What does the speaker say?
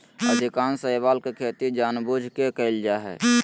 अधिकांश शैवाल के खेती जानबूझ के कइल जा हइ